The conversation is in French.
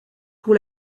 pour